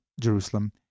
Jerusalem